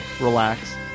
relax